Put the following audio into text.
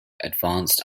advanced